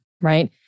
right